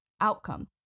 outcome